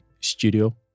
studio